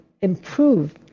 improve